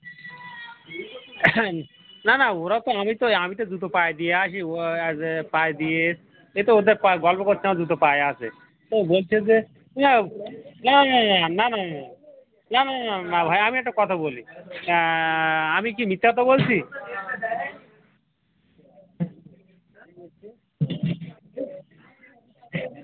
না না ওরা তো আমি তো আমি তো জুতো পায়ে দিয়ে আসি ও যে পায়ে দিয়ে এস এতো ওদের পায়ে গল্প করতে আমার জুতো পায়ে আছে তো বলছে যে না না না না না না না না না না না না ভাই আমি একটা কথা বলি আমি কি মিথ্যা কথা বলছি